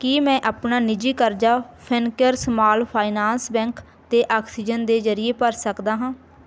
ਕੀ ਮੈਂ ਆਪਣਾ ਨਿੱਜੀ ਕਰਜ਼ਾ ਫਿਨਕੇਅਰ ਸਮਾਲ ਫਾਈਨਾਂਸ ਬੈਂਕ ਅਤੇ ਆਕਸੀਜਨ ਦੇ ਜ਼ਰੀਏ ਭਰ ਸਕਦਾ ਹਾਂ